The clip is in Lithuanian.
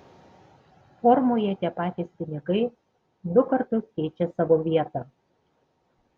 formoje tie patys pinigai du kartus keičia savo vietą